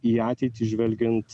į ateitį žvelgiant